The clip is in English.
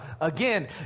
again